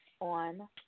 on